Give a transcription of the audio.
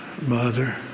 Mother